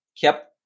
Kept